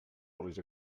olis